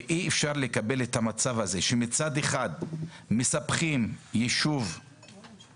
ואי אפשר לקבל את המצב הזה בו מצד אחד מספחים יישוב תחת